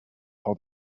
how